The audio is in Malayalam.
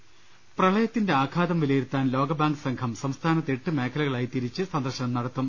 ്്്്് പ്രളയത്തിന്റെ ആഘാതം വിലയിരുത്താൻ ലോകബാങ്ക് സംഘം സംസ്ഥാനത്തെ എട്ട് മേഖലകളായി തിരിച്ച് സന്ദർശനം നടത്തും